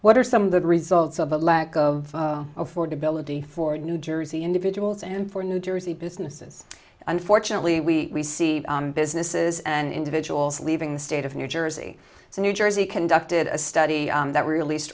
what are some of the results of the lack of affordability for new jersey individuals and for new jersey businesses unfortunately we see businesses and individuals leaving the state of new jersey so new jersey conducted a study that released